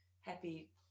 happy